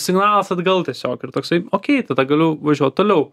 signalas atgal tiesiog ir toksai okei tada galiu važiuot toliau